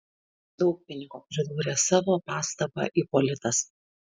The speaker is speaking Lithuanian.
daug pinigo pridūrė savo pastabą ipolitas